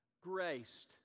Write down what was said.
graced